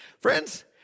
Friends